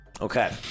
Okay